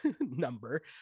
number